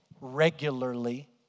regularly